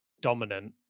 dominant